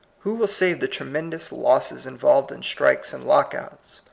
who will save the tremendous losses in volved in strikes and lockouts,